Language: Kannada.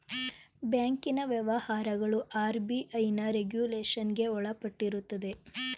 ಬ್ಯಾಂಕಿನ ವ್ಯವಹಾರಗಳು ಆರ್.ಬಿ.ಐನ ರೆಗುಲೇಷನ್ಗೆ ಒಳಪಟ್ಟಿರುತ್ತದೆ